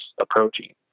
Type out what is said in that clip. approaching